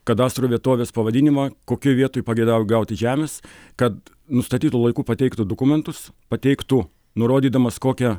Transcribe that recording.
kadastro vietovės pavadinimą kokioj vietoj pageidauja gauti žemės kad nustatytu laiku pateiktų dokumentus pateiktų nurodydamas kokią